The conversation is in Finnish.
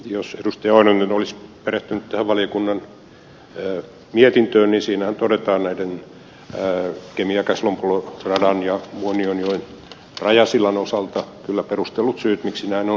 pentti oinonen olisi perehtynyt tähän valiokunnan mietintöön niin siinähän todetaan kemiäkäslompolo radan ja muonionjoen rajasillan osalta kyllä perustellut syyt miksi näin on